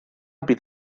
bydd